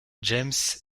james